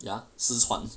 ya 失传